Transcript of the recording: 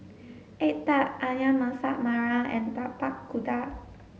egg tart Ayam Masak Merah and Tapak Kuda